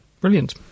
Brilliant